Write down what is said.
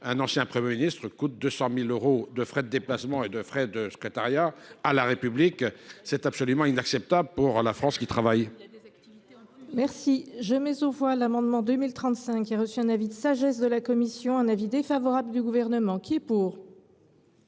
ancien Premier ministre coûte 200 000 euros de frais de déplacement et de secrétariat à la République. C’est absolument inacceptable pour la France qui travaille.